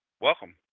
Welcome